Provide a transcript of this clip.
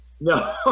No